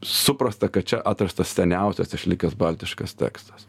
suprasta kad čia atrastas seniausias išlikęs baltiškas tekstas